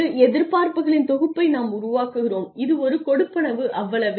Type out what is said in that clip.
ஒரு எதிர்பார்ப்புகளின் தொகுப்பை நாம் உருவாக்குகிறோம் இது ஒரு கொடுப்பனவு அவ்வளவே